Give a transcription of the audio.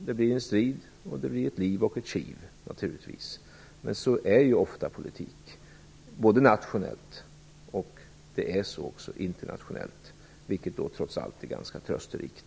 Det blir naturligtvis en strid, ett liv och ett kiv. Men så är ju ofta politik, både nationellt och internationellt, vilket trots allt är ganska trösterikt.